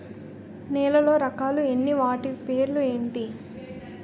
నేలలో రకాలు ఎన్ని వాటి పేర్లు ఏంటి?